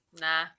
Nah